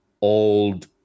old